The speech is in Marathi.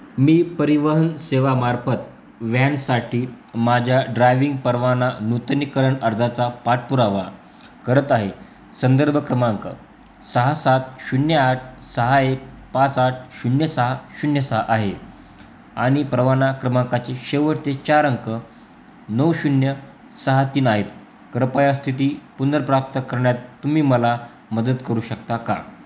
मी परिवहन सेवेमार्फत व्यानसाठी माझ्या ड्रायविंग परवाना नूतनीकरण अर्जाचा पाठपुरावा करत आहे संदर्भ क्रमांक सहा सात शून्य आठ सहा एक पाच आठ शून्य सहा शून्य सहा आहे आणि परवाना क्रमांकाचे शेवटचे चार अंक नऊ शून्य सहा तीन आहेत कृपया स्थिती पुनर्प्राप्त करण्यात तुम्ही मला मदत करू शकता का